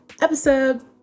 episode